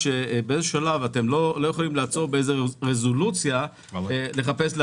אתם לא יכולים לעצור באיזו רזולוציה לעצור.